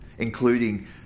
including